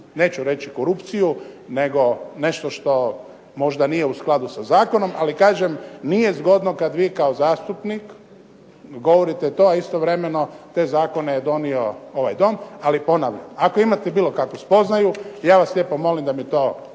neću reći korupciju, nego nešto što možda nije u skladu sa zakonom, ali kažem nije zgodno kad vi kao zastupnik govorite to, a istovremeno te zakone je donio ovaj Dom, ali ponavljam ako imate bilo kakvu spoznaju ja vas lijepo molim da mi to date